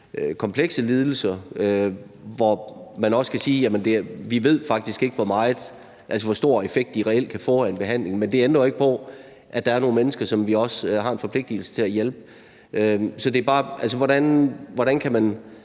komplekse lidelser, hvor man også kan sige, at vi faktisk ikke ved, hvor stor en effekt de reelt kan få af en behandling. Men det ændrer jo ikke på, at der er nogle mennesker, som vi også har en forpligtigelse til at hjælpe. Så hvordan kan man